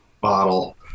bottle